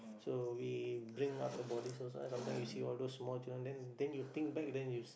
so we bring up the bodies also sometime you see all those small children then then you think back then you s~